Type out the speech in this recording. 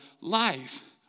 life